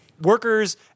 workers